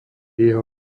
jeho